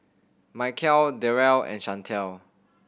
Mykel Darrell and Shantell